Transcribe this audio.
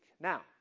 Now